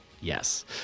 Yes